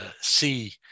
see